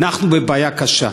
אנחנו בבעיה קשה.